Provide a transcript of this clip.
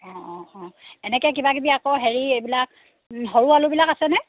অঁ অঁ এনেকৈ কিবাকিবি আকৌ হেৰি এইবিলাক সৰু আলুবিলাক আছেনে